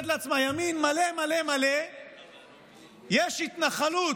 לעצמה ימין מלא מלא מלא יש התנחלות